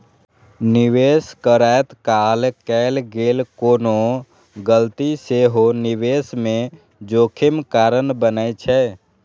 निवेश करैत काल कैल गेल कोनो गलती सेहो निवेश मे जोखिम कारण बनै छै